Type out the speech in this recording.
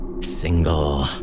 single